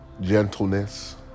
gentleness